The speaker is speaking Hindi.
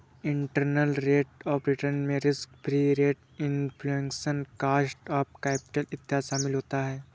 इंटरनल रेट ऑफ रिटर्न में risk free rate, inflation, cost of capital इत्यादि शामिल होता है